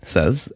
Says